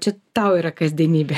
čia tau yra kasdienybė